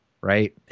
Right